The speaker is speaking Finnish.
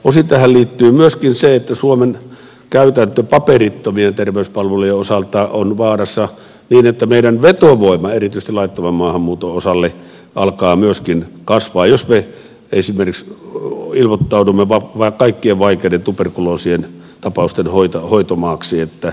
osin tähän liittyy myöskin se että suomen käytäntö paperittomien terveyspalveluiden osalta on vaarassa niin että meidän vetovoimamme erityisesti laittoman maahanmuuton osalta alkaa myöskin kasvaa jos me esimerkiksi ilmoittaudumme kaikkien vaikeiden tuberkuloositapausten hoitomaaksi